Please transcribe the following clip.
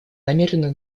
намерены